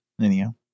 Anyhow